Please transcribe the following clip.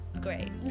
great